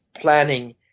planning